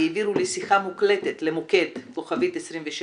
העבירו לי שיחה מוקלטת למוקד כוכבית 2637,